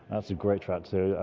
that's great track so yeah